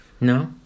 No